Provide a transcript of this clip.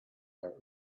are